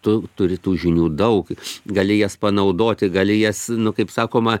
tu turi tų žiniųb daug gali jas panaudoti gali jas nu kaip sakoma